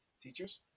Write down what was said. Teachers